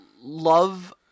love